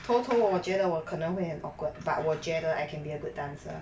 头头我觉得我可能会很 awkward but 我觉得 I can be a good dancer